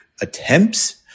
attempts